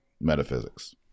Metaphysics